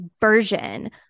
version